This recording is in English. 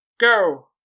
Go